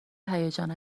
هیجان